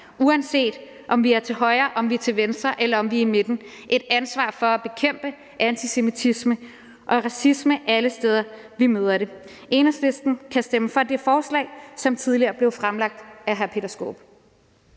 uanset om vi er til højre, om vi er til venstre eller i midten, et ansvar for at bekæmpe antisemitisme og racisme alle steder, vi møder det. Enhedslisten kan stemme for det forslag til vedtagelse, som tidligere blev fremsat af hr. Peter Skaarup.